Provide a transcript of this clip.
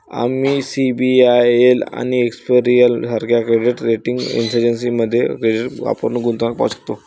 आम्ही सी.आय.बी.आय.एल आणि एक्सपेरियन सारख्या क्रेडिट रेटिंग एजन्सीमध्ये क्रेडिट वापर गुणोत्तर पाहू शकतो